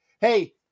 Hey